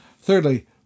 Thirdly